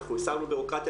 אנחנו הסרנו דמוקרטיה,